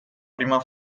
prima